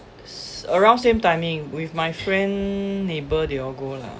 around same timing with my friend neighbour they all go lah